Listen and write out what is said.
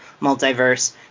multiverse